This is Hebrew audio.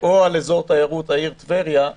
"או על אזור תיירות העיר טבריה".